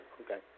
Okay